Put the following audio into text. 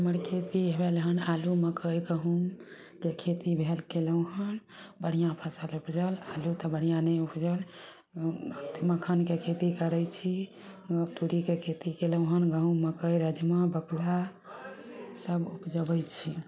हमर खेती भेलहन आलू मकइ गहुमके खेती भेल कयलहु हन बढ़िआँ फसल उपजल आलू तऽ बढ़िआँ नहि उपजल अथी मखानके खेती करय छी तुरीके खेती कयलहुँ हन गहुम मकोइ राजमा बकला सभ उपजौबय छी